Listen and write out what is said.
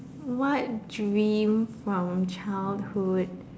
what dream from childhood